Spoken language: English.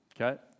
okay